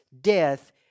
death